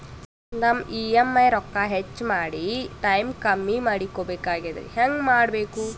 ನಮ್ಮ ಇ.ಎಂ.ಐ ರೊಕ್ಕ ಹೆಚ್ಚ ಮಾಡಿ ಟೈಮ್ ಕಮ್ಮಿ ಮಾಡಿಕೊ ಬೆಕಾಗ್ಯದ್ರಿ ಹೆಂಗ ಮಾಡಬೇಕು?